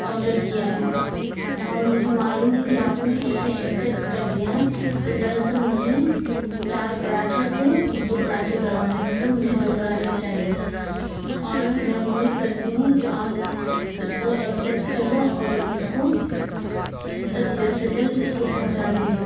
order کیا ہے اور مجھے معلوم ہے کہ آپ نے اسے ایکسیپٹ کر لیا ہے تو در اصل مجھے چار پراٹھے سے دو پراٹھے کروانے ہیں مطلب مجھے دو پراٹھے چاہیے اور میں امید کرتی ہوں کہ آپ اس کو ایکسیپٹ کر لیں اور اس کو ہم تک جلد سے جلد اس کو پہنچا دیجیے